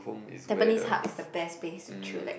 tampines Hub is the best place to chillax